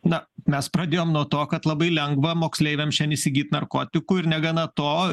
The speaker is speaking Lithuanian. na mes pradėjom nuo to kad labai lengva moksleiviam šian įsigyt narkotikų ir negana to